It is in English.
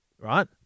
right